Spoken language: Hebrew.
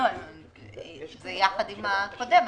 זה יחד עם הקודם.